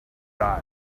die